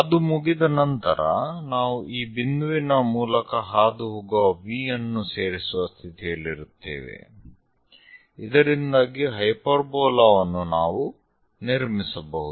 ಅದು ಮುಗಿದ ನಂತರ ನಾವು ಈ ಬಿಂದುವಿನ ಮೂಲಕ ಹಾದುಹೋಗುವ V ಅನ್ನು ಸೇರಿಸುವ ಸ್ಥಿತಿಯಲ್ಲಿರುತ್ತೇವೆ ಇದರಿಂದಾಗಿ ಹೈಪರ್ಬೋಲಾವನ್ನು ನಾವು ನಿರ್ಮಿಸಬಹುದು